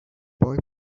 boy